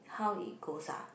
how it goes ah